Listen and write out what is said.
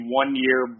one-year